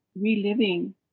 reliving